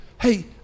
Hey